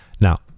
Now